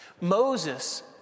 Moses